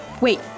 Wait